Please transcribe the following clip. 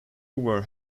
were